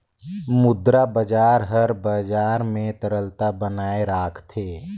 मुद्रा बजार हर बजार में तरलता बनाए राखथे